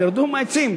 תרדו מהעצים,